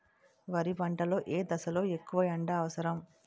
వరి పంట లో ఏ దశ లొ ఎక్కువ ఎండా అవసరం?